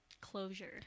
closure